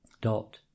dot